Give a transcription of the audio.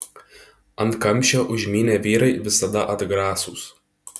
ant kamščio užmynę vyrai visada atgrasūs